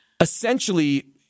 Essentially